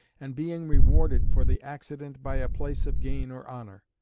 and being rewarded for the accident by a place of gain or honour.